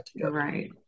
Right